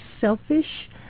selfish